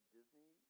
Disney